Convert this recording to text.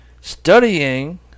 studying